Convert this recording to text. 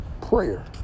prayer